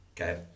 Okay